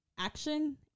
Action